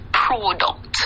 product